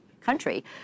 country